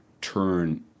turn